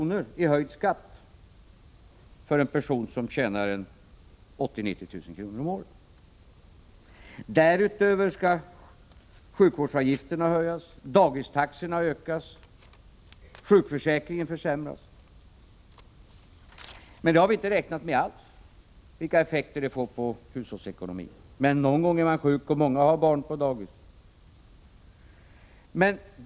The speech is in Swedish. i förhöjd skatt för en person som tjänar 80 000-90 000 kr. om året. Därutöver skall sjukvårdstaxorna höjas, dagistaxorna höjas och sjukförsäkringen försämras. Vi har inte alls räknat på vilka effekter det får för hushållsekonomin. Men någon gång är man sjuk och många har barn på dagis!